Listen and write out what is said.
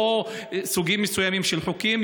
לא סוגים מסוימים של חוקים,